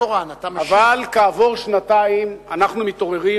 אבל כעבור שנתיים אנחנו מתעוררים